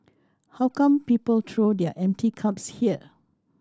how come people throw their empty cups here